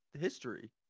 History